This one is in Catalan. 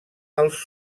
als